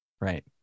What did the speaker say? right